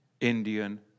Indian